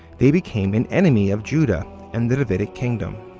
they became an enemy of judah and the davidic kingdom.